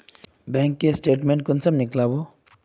Bank के statement कुंसम नीकलावो?